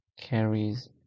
Carrie's